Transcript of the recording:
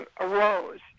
arose